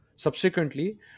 Subsequently